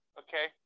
okay